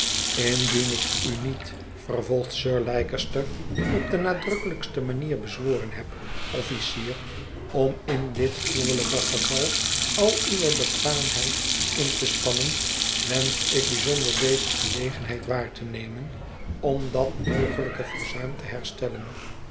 indien ik u nog niet vervolgt sir leicester op de nadrukkelijkste manier bezworen heb officier om in dit gruwelijke geval al uwe bekwaamheid in te spannen wensch ik bijzonder deze gelegenheid waar te nemen om dat mogelijke verzuim te herstellen